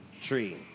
tree